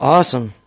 Awesome